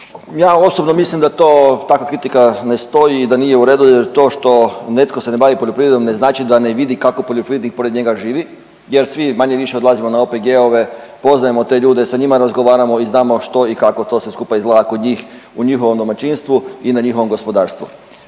Ja osobno mislim da to takva kritika ne stoji i da nije u redu jer to što netko se ne bavi poljoprivredom ne znači da ne vidi kako poljoprivrednik pored njega živi jer svi manje-više odlazimo na OPG-ove, poznajemo te ljude, sa njima razgovaramo i znamo što i kako to sve skupa izgleda kod njih u njihovom domaćinstvu i na njihovom gospodarstvu.